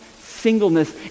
singleness